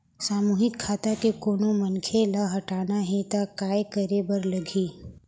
सामूहिक खाता के कोनो मनखे ला हटाना हे ता काय करे बर लागही?